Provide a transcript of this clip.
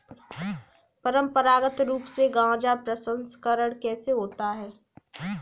परंपरागत रूप से गाजा प्रसंस्करण कैसे होता है?